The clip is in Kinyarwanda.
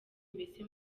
mbese